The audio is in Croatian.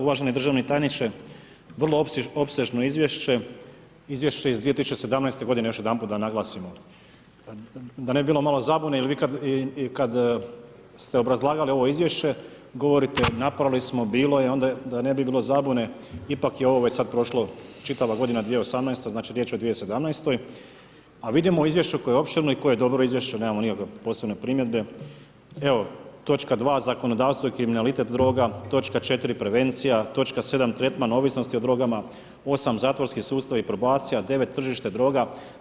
Uvaženi državni tajniče, vrlo opsežno izvješće, izvješće iz 2017. g. još jedanput da naglasimo da ne bi bilo malo zabune jer vi kad ste obrazlagali ovo izvješće, govorite napravili smo, bilo je, onda da ne bilo zabune, ipak je ovo već sad prošlo čitava godina 2018., znači riječ je o 2017., a vidimo u izvješću koje je opširno i koje je dobro izvješće, nemamo nikakve posebne primjedbe, evo točka 2. zakonodavstvo i kriminalitet droga, točka 4. prevencija, točka 7. tretman ovisnosti o drogama, 8. zatvorski sustav i probacija, 9. tržište droga.